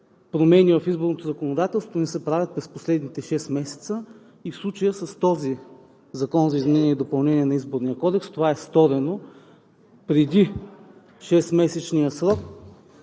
промени в изборното законодателство през последните шест месеца. В случая със Закона за изменение и допълнение на Изборния кодекс това е сторено преди шестмесечния срок,